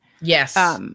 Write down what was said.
Yes